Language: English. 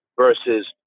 versus